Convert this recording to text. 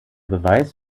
beweis